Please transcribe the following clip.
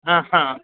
ह हा